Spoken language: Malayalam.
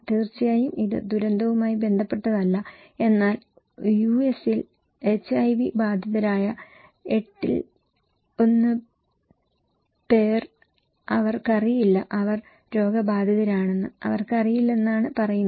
തീർച്ചയായും ഇത് ദുരന്തവുമായി ബന്ധപ്പെട്ടതല്ല എന്നാൽ യുഎസിൽ എച്ച്ഐവി ബാധിതരായ 8 ൽ 1 പേർക്ക് അവർക്കറിയില്ല അവർ രോഗബാധിതരാണെന്ന് അവർക്കറിയില്ലെന്നാണ് പറയുന്നത്